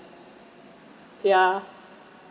ya